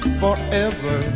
forever